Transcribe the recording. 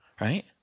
Right